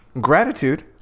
Gratitude